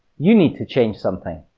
you need to change something.